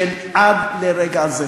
שעד לרגע הזה